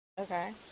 Okay